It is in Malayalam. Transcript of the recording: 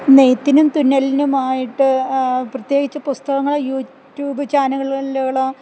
നെയ്ത്തിനും തുന്നലിനുമായിട്ട് പ്രത്യേകിച്ച് പുസ്തകങ്ങളൊ യൂട്യൂബ് ചാനല്കളോ